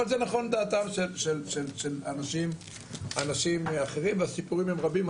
אבל זה נכון לדעתם של אנשים אחרים והסיפורים הם רבים,